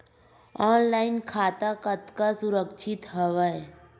Online खाता कतका सुरक्षित हवय?